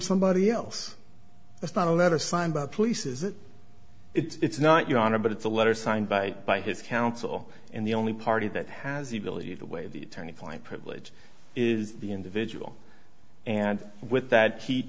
somebody else it's not a letter signed by police is it it's not your honor but it's a letter signed by by his counsel and the only party that has the ability the way the attorney client privilege is the individual and with that he